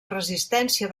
resistència